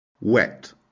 Wet